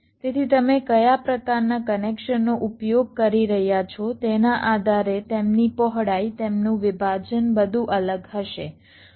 તેથી તમે કયા પ્રકારનાં કનેક્શનનો ઉપયોગ કરી રહ્યા છો તેના આધારે તેમની પહોળાઈ તેમનું વિભાજન બધું અલગ હશે